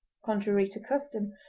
contrary to custom,